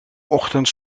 ochtend